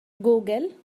جوجل